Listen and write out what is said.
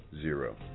zero